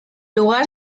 lugar